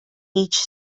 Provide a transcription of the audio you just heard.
each